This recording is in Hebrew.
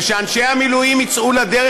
וכשאנשי המילואים יצאו לדרך,